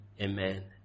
amen